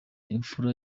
imfura